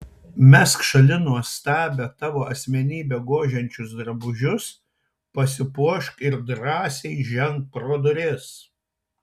mesk šalin nuostabią tavo asmenybę gožiančius drabužius pasipuošk ir drąsiai ženk pro duris